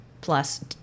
plus